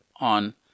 on